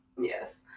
Yes